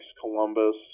Columbus